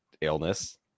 illness